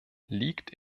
liegt